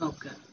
Okay